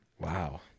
Wow